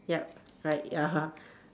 yup right